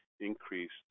increased